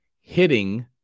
hitting